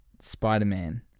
Spider-Man